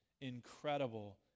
Incredible